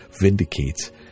vindicates